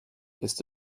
ist